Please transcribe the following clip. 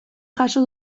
jaso